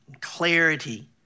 clarity